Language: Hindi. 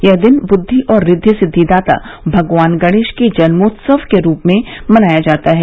यह दिन बुद्दि और ऋद्दि सिद्दि दाता भगवान गणेश के जन्मोत्सव के रूप में मनाया जाता है